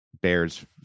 Bears